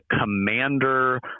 commander